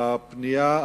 הפנייה,